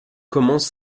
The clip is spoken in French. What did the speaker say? commence